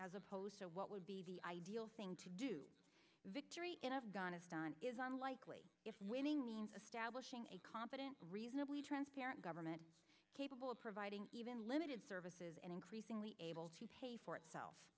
as opposed to what would be the ideal thing to do victory in afghanistan is unlikely if winning means establishing a competent reasonably transparent government capable of providing even limited services and increasingly able to pay for itself